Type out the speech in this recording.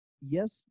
yes